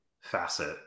facet